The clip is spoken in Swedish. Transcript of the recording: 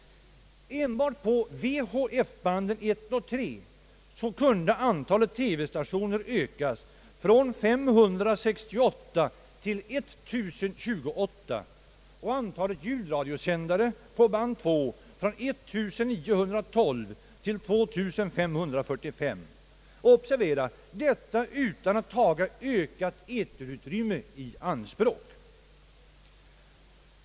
Enbart på VHF-banden I och III kunde antalet TV-stationer ökas från 568 till 1028 och antalet ljudradiosändare på band II från 1 912 till 2 545. Och, observera, detta utan att taga ökat eterutrymme i anspråk!